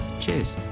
cheers